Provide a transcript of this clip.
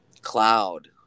Cloud